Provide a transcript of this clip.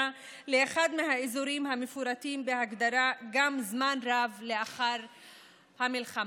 לאחד האזורים המפורטים בהגדרה גם זמן רב לאחר המלחמה.